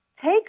take